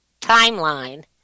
timeline